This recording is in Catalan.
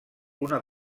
una